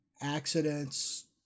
accidents